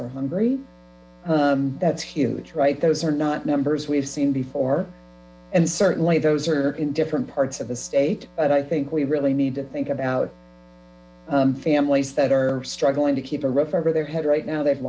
are hungry that's huge right those are not numbers we've seen before and certainly those are in different parts of the state but i think we really need to think about families that are struggling to keep a roof over their head right now they've